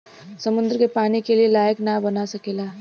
समुन्दर के पानी के पिए लायक ना बना सकेला